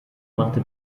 machte